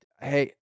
hey